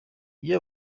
iyo